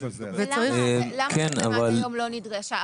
למה עד היום היא לא נדרשה?